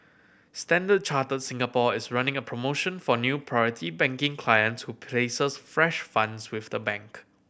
Standard Chartered Singapore is running a promotion for new Priority Banking clients who places fresh funds with the bank